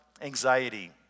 anxiety